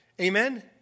Amen